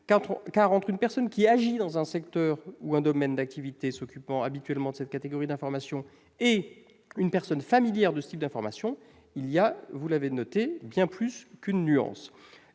: entre une personne qui agit dans un secteur ou un domaine d'activité s'occupant habituellement de cette catégorie d'informations et une personne familière de sites d'informations, il y a- vous l'avez noté -bien plus qu'une nuance